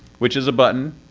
which is a button,